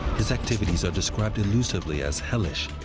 his activities are described elusively as hellish,